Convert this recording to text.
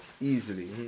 easily